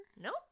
Nope